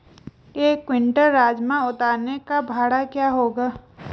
एक क्विंटल राजमा उतारने का भाड़ा क्या होगा?